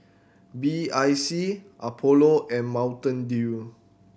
B I C Apollo and Mountain Dew